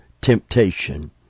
temptation